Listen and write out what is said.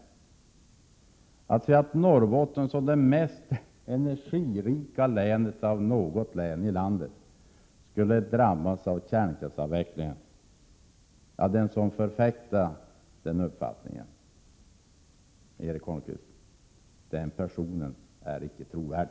Den som förfäktar uppfattningen att Norrbotten, som är det mest energirika länet av alla län i landet, skulle komma att drabbas av kärnkraftsavvecklingen är icke trovärdig, Erik Holmkvist.